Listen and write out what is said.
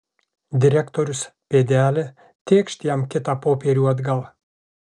direktorius pėdelė tėkšt jam kitą popierių atgal